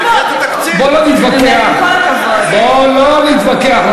לציבור לא מגיע לראות